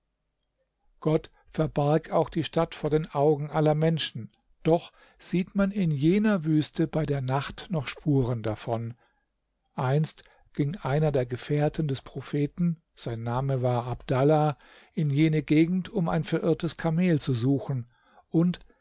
gott verbarg auch die stadt vor den augen aller menschen doch sieht man in jener wüste bei der nacht noch spuren davon einst ging einer der gefährten des propheten sein name war abdallah in jene gegend um ein verirrtes kamel zu suchen und